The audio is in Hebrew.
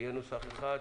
יהיה נוסח אחד.